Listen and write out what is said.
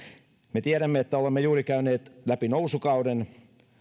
me tiedämme että olemme juuri käyneet läpi nousukauden